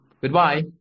goodbye